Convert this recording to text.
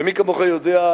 ומי כמוך יודע,